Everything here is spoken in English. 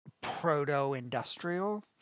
proto-industrial